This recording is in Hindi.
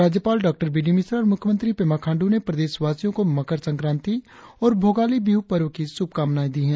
राज्यपाल डॉ बी डी मिश्रा और मुख्यमंत्री पेमा खांड् ने प्रदेश वासियो को मकर संक्रांति और भोगाली बिहु पर्व की शुभकामनाए दी है